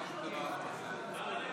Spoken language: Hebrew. להתנהג